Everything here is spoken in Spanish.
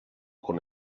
con